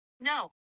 no